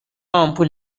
آمپول